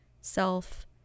self